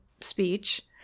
speech